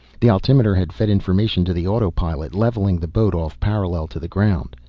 the altimeter had fed information to the autopilot, leveling the boat off parallel to the ground.